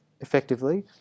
effectively